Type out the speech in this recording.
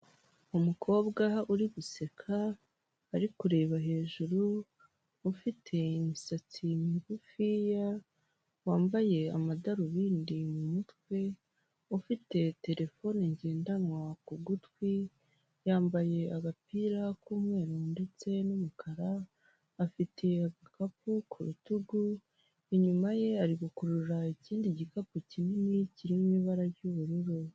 Umukobwa uri guseka ari kureba hejuru, ufite imisatsi migufiya, wambaye amadarubindi, mu mutwe, ufite terefone ngendanwa ku gutwi, yambaye agapira k'umweru ndetse n'umukara, afite agakapu ku rutugu, inyuma ye hari gukurura ikindi gikapu kinini kirimo ibara ry'ubururu.